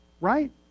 Right